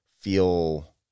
feel